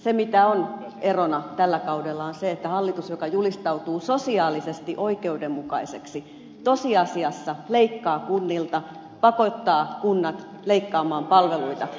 se mikä on erona tällä kaudella on se että hallitus joka julistautuu sosiaalisesti oikeudenmukaiseksi tosiasiassa leikkaa kunnilta pakottaa kunnat leikkaamaan palveluita